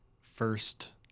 first